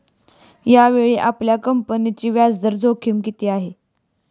यावेळी आपल्या कंपनीची व्याजदर जोखीम किती आहे?